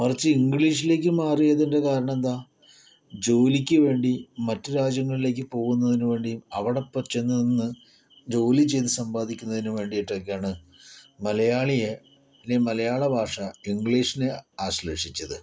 മറിച്ച് ഇംഗ്ലീഷിലേക്ക് മാറിയതിന്റെ കാരണമെന്താണ് ജോലിക്ക് വേണ്ടി മറ്റു രാജ്യങ്ങളിലേക്ക് പോകുന്നതിനു വേണ്ടിയും അവിടെ ചെന്നു നിന്ന് ജോലി ചെയ്ത് സമ്പാദിക്കുന്നതിന് വേണ്ടിയിട്ടൊക്കെയാണ് മലയാളിയെ അല്ലെങ്കിൽ മലയാള ഭാഷ ഇംഗ്ലീഷിനെ ആശ്ലേഷിച്ചത്